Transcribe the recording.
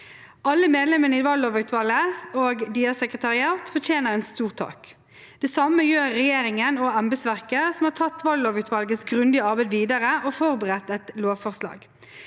Alle medlemmene i valglovutvalget og sekretariatet deres fortjener en stor takk. Det samme gjør regjeringen og embetsverket, som har tatt valglovutvalgets grundige arbeid videre og forberedt et lovforslag.